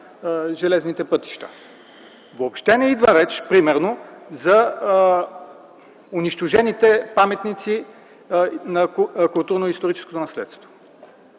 железните пътища. Въобще не идва реч примерно за унищожените паметници на културно-историческото наследство.